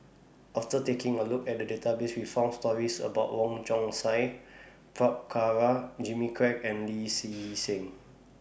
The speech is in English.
after taking A Look At The Database We found stories about Wong Chong Sai Prabhakara Jimmy Quek and Lee See Seng